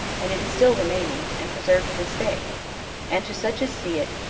and it is still remaining, and preserved to this day and to such as see it,